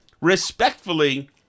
Respectfully